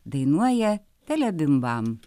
dainuoja tele bim bam